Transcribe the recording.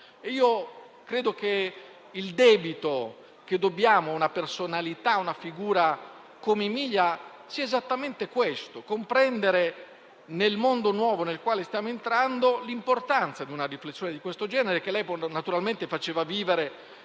io credo che il debito che abbiamo con una personalità, con una figura come quella di Emilia sia esattamente questo: comprendere, nel mondo nuovo nel quale stiamo entrando, l'importanza di una riflessione di questo genere, che lei naturalmente faceva vivere